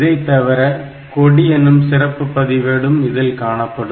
இதைத்தவிர கொடி எனும் சிறப்பு பதிவேடும் இதில் காணப்படும்